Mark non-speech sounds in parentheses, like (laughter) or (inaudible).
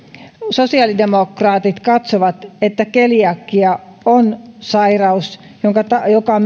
sosiaalidemokraatit katsovat että keliakia on sairaus joka (unintelligible)